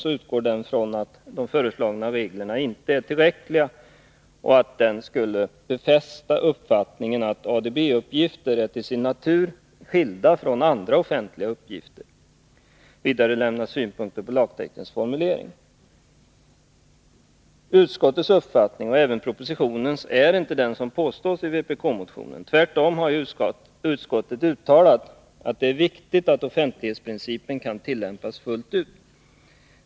Den utgår ifrån att de föreslagna reglerna inte är tillräckliga och att de befäster uppfattningen att ADB-uppgifter till sin natur är skilda från andra offentliga uppgifter. Vidare lämnas synpunkter på lagtextens formulering. Utskottets uppfattning och även propositionens är inte den som påstås i vpk-motionen. Tvärtom har utskottet uttalat att det är viktigt att offentlighetsprincipen kan tillämpas fullt ut.